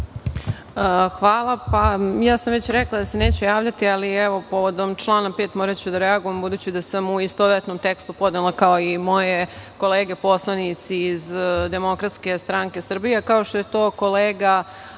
Hvala. Rekla sam da se neću javljati, ali povodom člana 5. moraću da reagujem, budući da sam u istovetnom tekstu podnela, kao i moje kolege poslanici iz Demokratske stranke Srbije. Kao što je to kolega